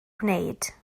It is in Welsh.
gwneud